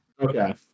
Okay